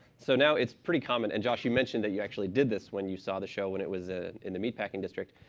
so now it's pretty common and josh, you mentioned that you actually did this when you saw the show when it was ah in the meatpacking district.